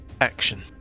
action